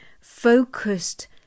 focused